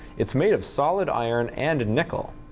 it's made of solid iron and and nickel.